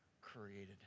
created